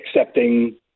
accepting